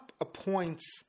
appoints